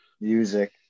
music